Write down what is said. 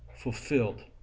Fulfilled